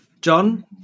John